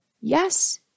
Yes